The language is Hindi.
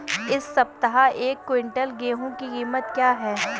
इस सप्ताह एक क्विंटल गेहूँ की कीमत क्या है?